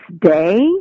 day